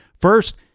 First